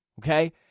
okay